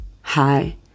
Hi